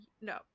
No